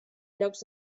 llocs